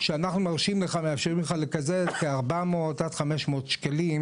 אנחנו מאפשרים לך לקזז כ-400 500 שקלים